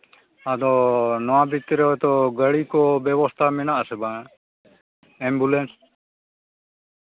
ᱟᱫᱚ ᱱᱚᱣᱟ ᱵᱷᱤᱛᱤᱨ ᱨᱮ ᱦᱚᱭᱛᱳ ᱜᱟᱹᱲᱤ ᱠᱚ ᱵᱮᱵᱚᱥᱛᱷᱟ ᱢᱮᱱᱟᱜ ᱟᱥᱮ ᱵᱟᱝ ᱮᱢᱵᱩᱞᱮᱱᱥ